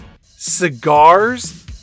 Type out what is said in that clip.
Cigars